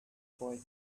boy